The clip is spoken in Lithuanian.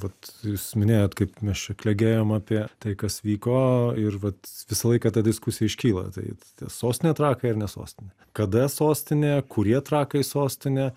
vat jūs minėjot kaip mes čia klegėjom apie tai kas vyko ir vat visą laiką ta diskusija iškyla tai ta sostinė trakai ir ne sostinė kada sostinė kurie trakai sostinė